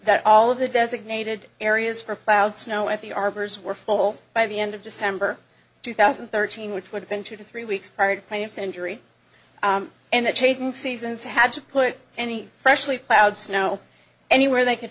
that all of the designated areas for plowed snow at the arbors were full by the end of december two thousand and thirteen which would have been two to three weeks prior claims and injury and the changing seasons had to put any freshly plowed snow anywhere they could